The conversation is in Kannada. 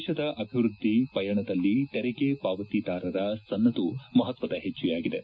ದೇಶದ ಅಭಿವ್ಯದ್ದಿ ಪಯಣದಲ್ಲಿ ತೆರಿಗೆ ಪಾವತಿದಾರರ ಸನ್ನದು ಮಪತ್ವದ ಹೆಜ್ಜೆಯಾಗಿದೆ